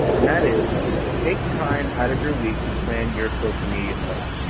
and that is take time out of your week to plan your social media posts.